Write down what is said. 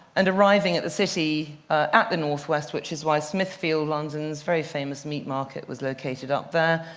and arriving at the city at the northwest, which is why smithfield, london's very famous meat market, was located up there.